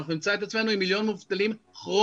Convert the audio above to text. אנחנו נמצא את עצמנו עם מיליון מובטלים כרוניים,